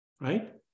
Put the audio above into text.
right